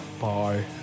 Bye